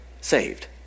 saved